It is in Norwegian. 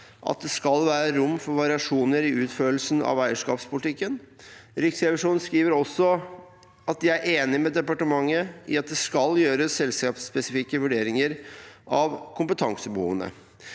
at det skal være rom for variasjoner i utførelsen av eierskapspolitikken. Riksrevisjonen skriver også at de er enig med departementet i at det skal gjøres selskapsspesifikke vurderinger av kompetansebehovene.